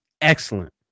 excellent